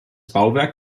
bauwerk